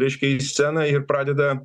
reiškia į sceną ir pradeda